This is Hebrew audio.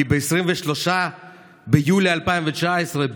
כי ב-23 ביולי 2019,